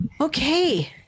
Okay